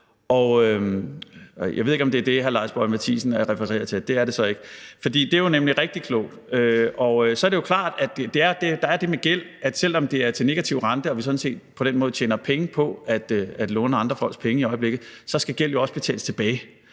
jeg ved ikke, om det er det, hr. Lars Boje Mathiesen refererer til – det er det så ikke. For det er jo nemlig rigtig klogt. Og så er det jo klart, at der er det med gæld, selv om det er til negativ rente, og vi sådan set på den måde tjener penge på at låne penge i øjeblikket, at så skal gælden jo også betales tilbage.